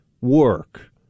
work